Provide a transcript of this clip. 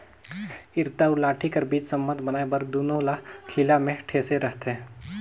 इरता अउ लाठी कर बीच संबंध बनाए बर दूनो ल खीला मे ठेसे रहथे